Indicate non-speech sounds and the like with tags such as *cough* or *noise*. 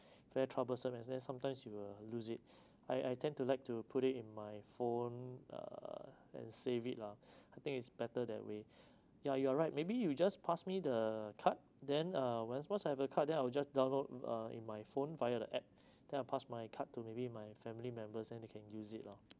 very troublesome as there's sometimes you will lose it I I tend to like to put it in my phone uh and save it lah *breath* I think it's better that way ya you are right maybe you just pass me the card then uh once once I have the card then I will just download uh in my phone via the app then I'll pass my card to maybe my family members then they can use it lah